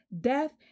death